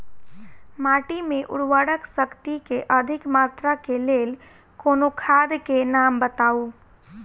माटि मे उर्वरक शक्ति केँ अधिक मात्रा केँ लेल कोनो खाद केँ नाम बताऊ?